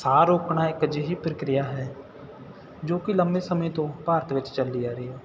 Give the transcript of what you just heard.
ਸਾਹ ਰੋਕਣਾ ਇੱਕ ਅਜਿਹੀ ਪ੍ਰਕਿਰਿਆ ਹੈ ਜੋ ਕਿ ਲੰਬੇ ਸਮੇਂ ਤੋਂ ਭਾਰਤ ਵਿੱਚ ਚੱਲੀ ਆ ਰਹੀ